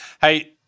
Hey